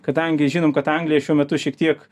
kadangi žinom kad anglijai šiuo metu šiek tiek